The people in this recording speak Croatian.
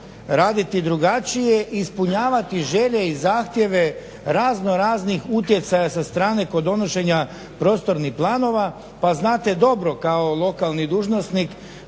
raditi drugačije i ispunjavati želje i zahtjeve raznoraznih utjecaja sa strane kod donošenja prostornih planova pa znate dobro kao lokalni dužnosnik